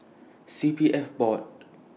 C P F Board